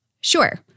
Sure